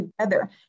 together